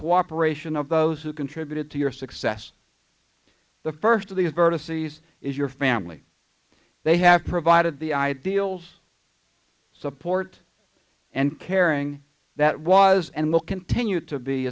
cooperation of those who contributed to your success the first of these vertices is your family they have provided the ideals support and caring that was and will continue to be